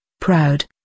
proud